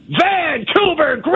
Vancouver